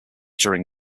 during